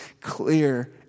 clear